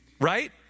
Right